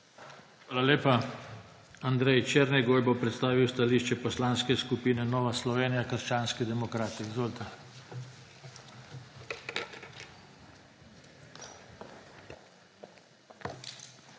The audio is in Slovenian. Hvala lepa. Andrej Černigoj bo predstavil stališče Poslanske skupine Nova Slovenija – krščanski demokrati. Izvolite. **ANDREJ